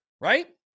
right